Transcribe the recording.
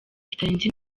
kitarenze